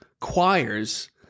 choirs